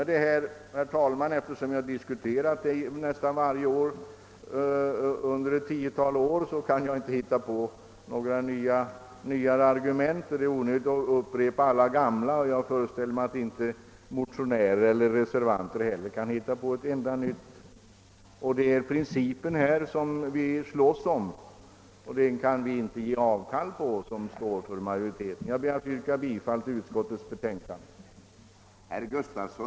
Eftersom vi har diskuterat denna fråga vid nästan varje riksdag under ett tiotal år kan jag inte hitta på några nya argument, och då det är onödigt att upprepa alla de gamla — jag föreställer mig att inte heller motionärer och reservanter kan hitta på ett enda nytt skäl — och eftersom vi inte kan ge avkall på den princip vi slåss om ber jag, herr talman, att få yrka bifall till utskottets hemställan.